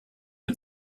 mit